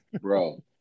Bro